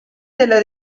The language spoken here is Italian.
della